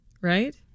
right